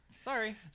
Sorry